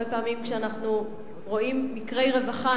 הרבה פעמים כשאנחנו רואים מקרי רווחה,